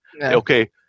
Okay